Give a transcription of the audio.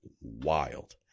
wild